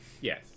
yes